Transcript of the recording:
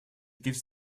gives